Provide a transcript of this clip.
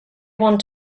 want